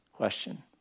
question